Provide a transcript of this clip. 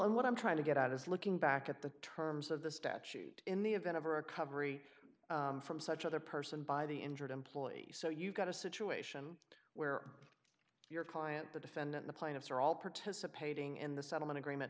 i'm what i'm trying to get at is looking back at the terms of the statute in the event of a recovery from such other person by the injured employee so you've got a situation where your client the defendant the plaintiffs are all participating in the settlement agreement